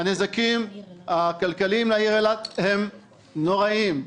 הנזקים הכלכליים לעיר אילת הם נוראיים.